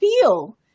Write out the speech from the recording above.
feel